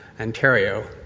Ontario